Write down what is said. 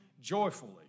joyfully